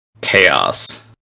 Chaos